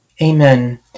Amen